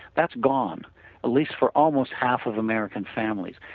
that's gone at least for almost half of american families.